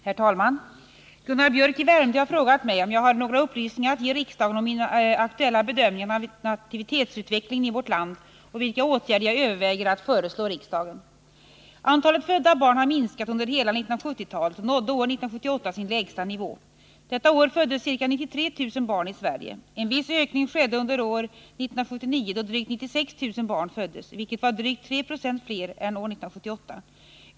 Herr talman! Gunnar Biörck i Värmdö har frågat mig om jag har några upplysningar att ge riksdagen om min aktuella bedömning av nativitetsutvecklingen i vårt land och vilka åtgärder jag överväger att föreslå riksdagen. Antalet födda barn har minskat under hela 1970-talet och nådde år 1978 sin lägsta nivå. Detta år föddes ca 93 000 barn i Sverige. En viss ökning skedde under år 1979, då drygt 96 000 barn föddes, vilket var drygt 3 9e fler än år 1978.